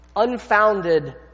...unfounded